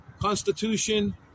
Constitution